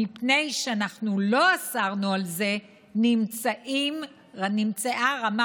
מכיוון שאנחנו לא אסרנו את זה נמצאה רמה